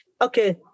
okay